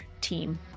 team